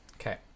Okay